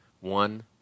One